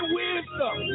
wisdom